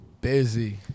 busy